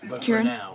Kieran